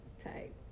Type